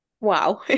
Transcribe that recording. Wow